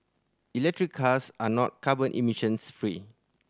electric cars are not carbon emissions free